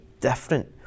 different